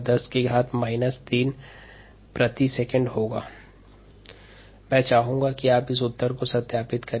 kd23033005537 ×10 3 s 1 मैं चाहूंगा कि आप इस उत्तर को सत्यापित करें